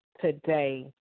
today